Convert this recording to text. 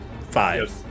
Five